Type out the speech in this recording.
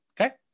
Okay